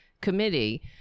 committee